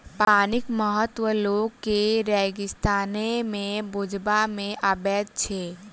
पानिक महत्व लोक के रेगिस्ताने मे बुझबा मे अबैत छै